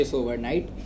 overnight